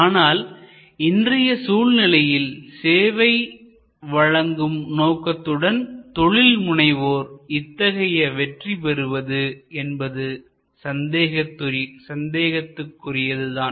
ஆனால் இன்றைய சூழ்நிலையில் சேவை வழங்கும் நோக்குடன் தொழில்முனைவோர் இத்தகைய வெற்றி பெறுவது என்பது சந்தேகத்திற்குரியது தான்